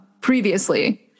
previously